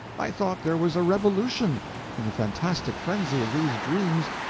i thought there was a revolution in the fantastic frenzy of these dreams,